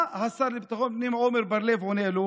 מה השר לביטחון פנים עמר בר לב עונה לו?